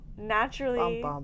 naturally